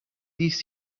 these